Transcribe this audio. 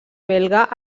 belga